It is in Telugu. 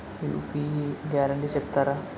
యూ.పీ.యి గ్యారంటీ చెప్తారా?